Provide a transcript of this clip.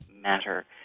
matter